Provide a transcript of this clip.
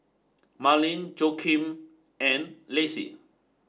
Marleen Joaquin and Lacy